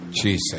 Jesus